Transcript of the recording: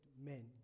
men